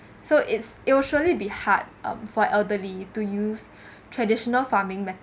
so it's it will surely be hard um for elderly to use traditional farming